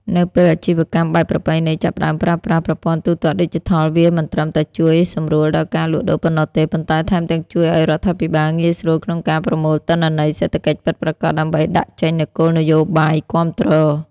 នៅពេលអាជីវកម្មបែបប្រពៃណីចាប់ផ្ដើមប្រើប្រាស់ ប្រព័ន្ធទូទាត់ឌីជីថល វាមិនត្រឹមតែជួយសម្រួលដល់ការលក់ដូរប៉ុណ្ណោះទេ ប៉ុន្តែថែមទាំងជួយឱ្យរដ្ឋាភិបាលងាយស្រួលក្នុងការប្រមូល ទិន្នន័យសេដ្ឋកិច្ចពិតប្រាកដ ដើម្បីដាក់ចេញនូវគោលនយោបាយគាំទ្រ។